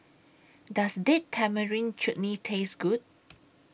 Does Date Tamarind Chutney Taste Good